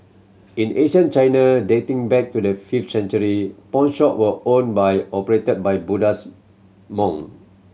in ancient China dating back to the fifth century pawnshop were owned by operated by Buddhist monk